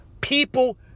people